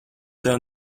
tev